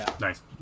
Nice